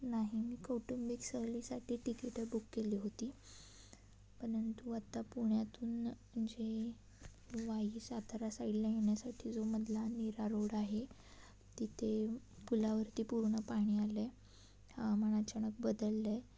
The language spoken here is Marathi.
नाही मी कौटुंबिक सहलीसाठी टिकीटं बुक केली होती परंतु आत्ता पुण्यातून म्हणजे वाई सातारा साईडला येण्यासाठी जो मधला नीरा रोड आहे तिथे पुलावरती पूर्ण पाणी आलं आहे हवामान अचानक बदललं आहे